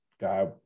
Guy